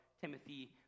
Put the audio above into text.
Timothy